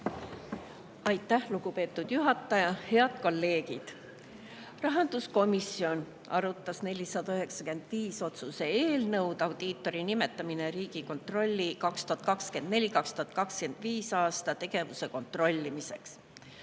Aitäh, lugupeetud juhataja! Head kolleegid! Rahanduskomisjon arutas otsuse eelnõu 495 "Audiitori nimetamine Riigikontrolli 2024.–2025. aasta tegevuse kontrollimiseks".